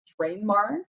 trademark